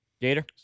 Gator